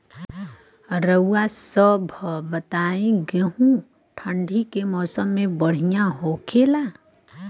रउआ सभ बताई गेहूँ ठंडी के मौसम में बढ़ियां होखेला?